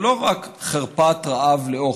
הוא לא רק חרפת רעב לאוכל,